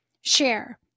share